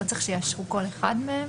לא צריך שיאשרו כל אחד מהם?